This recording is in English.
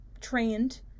trained